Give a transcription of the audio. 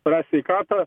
per e sveikatą